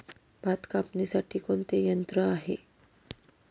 भात कापणीसाठी कोणते यंत्र आहे?